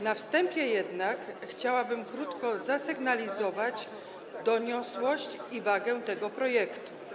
Na wstępie chciałabym krótko zasygnalizować doniosłość i wagę tego projektu.